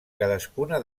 cadascuna